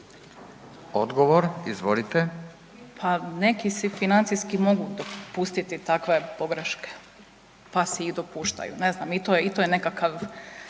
Katica (SDP)** Pa neki si financijski mogu dopustiti takve pogreške, pa si ih dopuštaju, ne znam i to je nekakav